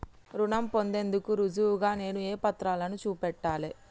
రుణం పొందేందుకు రుజువుగా నేను ఏ పత్రాలను చూపెట్టాలె?